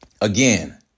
Again